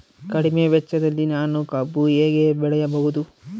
ಕಡಿಮೆ ವೆಚ್ಚದಲ್ಲಿ ನಾನು ಕಬ್ಬು ಹೇಗೆ ಬೆಳೆಯಬಹುದು?